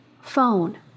phone